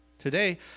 Today